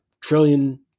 trillion